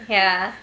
ya